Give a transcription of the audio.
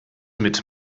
mit